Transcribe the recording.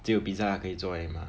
只有 Pizza Hut 可以做而已 mah